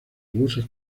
buses